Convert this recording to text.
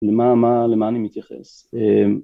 למה אני מתייחס